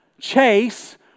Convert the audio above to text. Chase